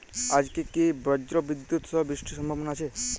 আজকে কি ব্রর্জবিদুৎ সহ বৃষ্টির সম্ভাবনা আছে?